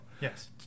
Yes